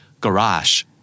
garage